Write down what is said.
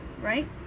right